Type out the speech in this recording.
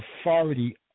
authority